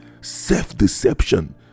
self-deception